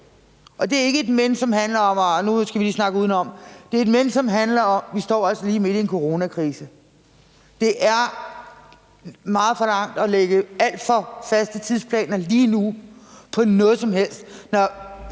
det er et men, som handler om, at vi altså står lige midt i en coronakrise. Det er meget forlangt at lægge alt for faste tidsplaner lige nu for noget som helst,